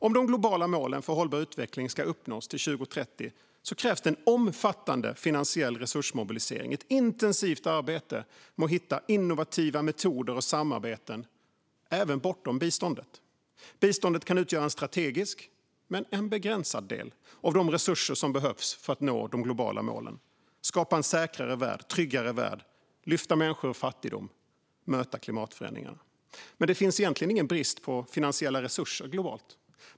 Om de globala målen för hållbar utveckling ska uppnås till 2030 krävs det en omfattande finansiell resursmobilisering och ett intensivt arbete med att hitta innovativa metoder och samarbeten även bortom biståndet. Biståndet kan utgöra en strategisk men en begränsad del av de resurser som behövs för att nå de globala målen, skapa en säkrare och tryggare värld, lyfta människor ur fattigdom och möta klimatförändringarna. Det finns egentligen inte någon brist på finansiella resurser globalt.